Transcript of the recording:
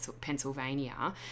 pennsylvania